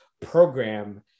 program